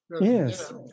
Yes